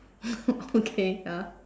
okay ya